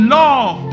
love